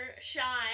shy